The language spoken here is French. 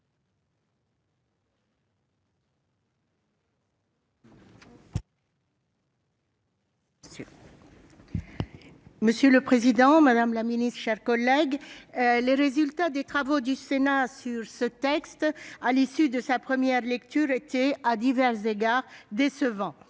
Monsieur le président, madame la secrétaire d'État, mes chers collègues, les résultats des travaux du Sénat sur ce texte à l'issue de sa première lecture étaient, à divers égards, décevants.